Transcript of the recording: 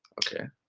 okay.